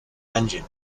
engine